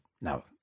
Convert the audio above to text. Now